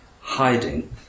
hiding